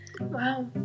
wow